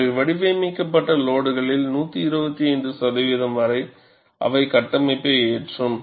அவை வடிவமைக்கப்பட்ட லோடுகளில் 125 சதவீதம் வரை அவை கட்டமைப்பை ஏற்றும்